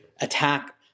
attack